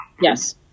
yes